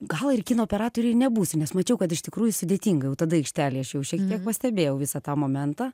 gal ir kino operatore ir nebūsiu nes mačiau kad iš tikrųjų sudėtinga jau tada aikštelėj aš jau šiek tiek pastebėjau visą tą momentą